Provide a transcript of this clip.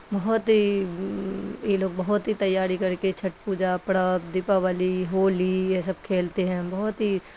بہت ہی یہ لوگ بہت ہی تیاری کر کے چھٹ پوجا پرب دیپاولی ہولی یہ سب کھیلتے ہیں بہت ہی